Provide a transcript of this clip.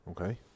Okay